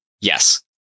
Yes